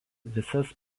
visas